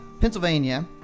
Pennsylvania